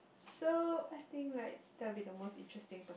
so I think like that will be the most interesting